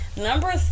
Number